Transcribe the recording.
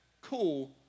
cool